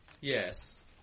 Yes